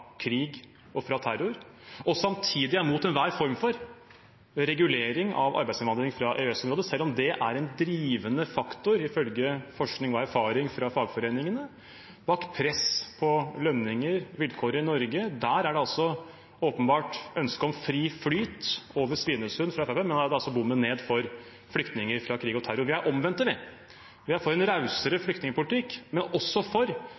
krig og terror, samtidig som de er imot enhver form for regulering av arbeidsinnvandringen fra EØS-området, selv om det er en drivende faktor, ifølge forskning og erfaring fra fagforeningene, bak press på lønninger og vilkår i Norge. Der er det åpenbart et ønske fra Fremskrittspartiet om fri flyt over Svinesund, men man setter altså ned bommen for flyktninger fra krig og terror. Vi er omvendt: Vi er for en rausere flyktningpolitikk, men vi er også for